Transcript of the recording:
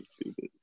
stupid